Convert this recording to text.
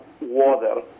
water